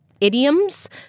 idioms